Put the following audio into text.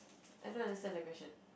I don't understand the question